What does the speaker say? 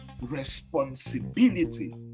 responsibility